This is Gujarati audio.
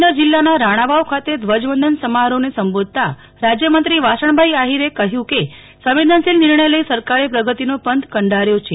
પોરબંદર જીલ્લાનાં રાણાવાવ ખાતે ધ્વજવંદન સમારોફને સંબોધતા રાજ્યમંત્રી વાસણભાઈ આફિરે કહ્યું કેસંવેદનશીલ નિર્ણય લઇ સરકારે પ્રગતિનો પથ કંડાર્યો છે